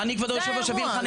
זה האירוע.